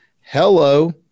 Hello